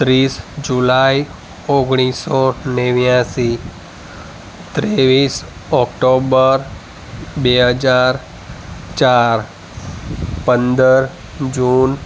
ત્રીસ જુલાઇ ઓગણીસ સો નેવ્યાશી ત્રેવીસ ઓક્ટોમ્બર બે હજાર ચાર પંદર જૂન